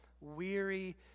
weary